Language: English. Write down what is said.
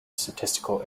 statistical